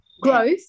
Growth